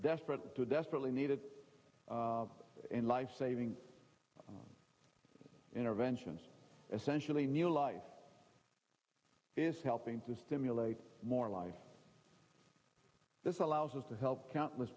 desperate to desperately needed in lifesaving interventions essentially new life is helping to stimulate more life this allows us to help countless